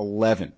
eleven